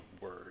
word